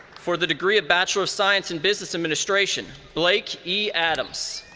for the degree of bachelor of science in business administration, blake e. adams.